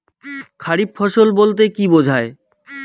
খারিফ ফসল বলতে কী বোঝায়?